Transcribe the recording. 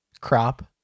crop